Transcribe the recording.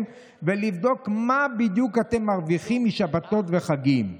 ולבדוק מה בדיוק אתם מרוויחים משבתות וחגים'.